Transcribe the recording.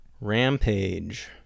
rampage